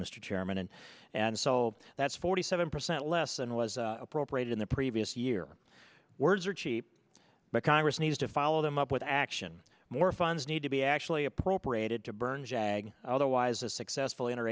chairman and and so that's forty seven percent less than was appropriate in the previous year words are cheap but congress needs to follow them up with action more funds need to be actually appropriated to burn jag otherwise a successful in